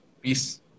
Peace